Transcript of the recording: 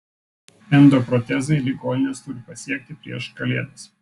endoprotezai ligonines turi pasiekti prieš kalėdas